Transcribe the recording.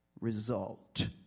result